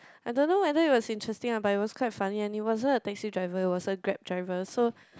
I don't know whether it was interesting ah but it was quite funny and it wasn't a taxi driver it was a Grab driver so